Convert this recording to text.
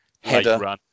header